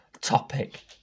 topic